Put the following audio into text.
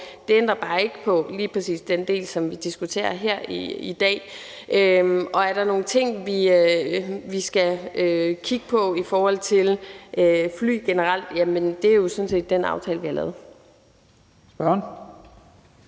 Det ændrer bare ikke på lige præcis den del, som vi diskuterer her i dag. Er der nogle ting, vi skal kigge på i forhold til fly generelt? Ja, det er jo sådan set det, vi gør med